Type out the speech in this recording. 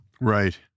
Right